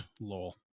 Lol